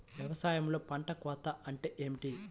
వ్యవసాయంలో పంట కోత అంటే ఏమిటి?